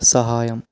సహాయం